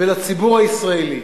ולציבור הישראלי: